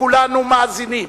וכולנו מאזינים